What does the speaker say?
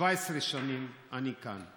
17 שנים אני כאן,